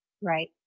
Right